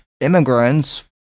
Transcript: immigrants